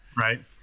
right